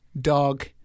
dog